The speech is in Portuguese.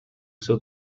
seu